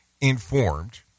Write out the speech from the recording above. informed